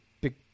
big